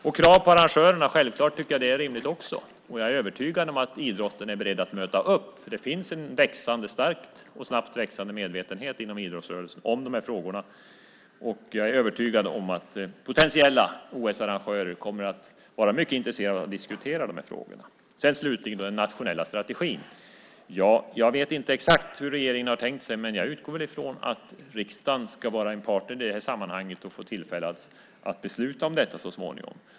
Självklart tycker jag också att det är rimligt med krav på arrangörerna. Jag är övertygad om att idrotten är beredd att möta upp. Det finns en starkt växande medvetenhet om de här frågorna inom idrottsrörelsen. Jag är övertygad om att potentiella OS-arrangörer kommer att vara mycket intresserade av att diskutera de här frågorna. När det gäller den nationella strategin vet jag inte exakt hur regeringen har tänkt sig, men jag utgår ifrån att riksdagen ska vara en partner och så småningom få tillfälle att besluta om detta.